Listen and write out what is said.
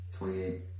28